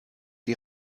die